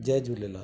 Jay Jhulelal